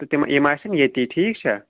تہٕ تِم یِم آسن ییٚتی ٹھیٖک چھا